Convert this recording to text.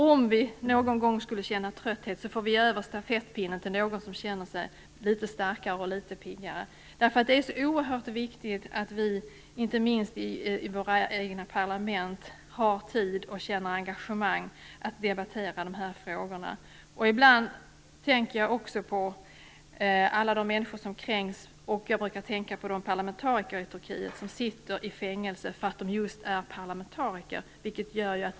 Om vi någon gång skulle känna trötthet får vi ge över stafettpinnen till någon som känner sig litet starkare och litet piggare. Det är nämligen oerhört viktigt att vi, inte minst i våra egna parlament, har tid och känner engagemang att debattera de här frågorna. Ibland tänker jag på alla de människor som kränks - bl.a. de parlamentariker i Turkiet som sitter i fängelse just för att de är parlamentariker.